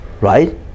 right